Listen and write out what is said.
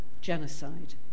genocide